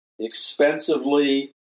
expensively